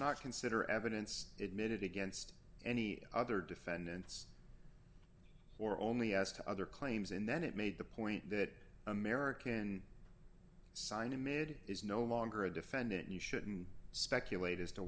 not consider evidence that minute against any other defendants or only as to other claims and then it made the point that american sign amid is no longer a defendant you shouldn't speculate as to